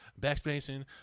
backspacing